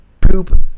poop